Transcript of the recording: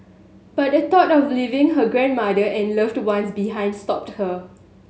but the thought of leaving her grandmother and loved ones behind stopped her